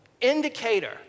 indicator